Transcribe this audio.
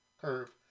curve